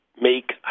make